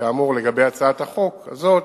כאמור לגבי הצעת החוק הזאת,